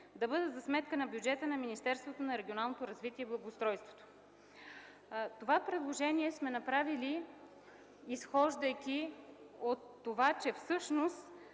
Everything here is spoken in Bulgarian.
да бъдат за сметка на бюджета на Министерството на регионалното развитие и благоустройството.” Предложението сме направили, изхождайки от това, че всъщност